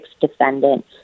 defendant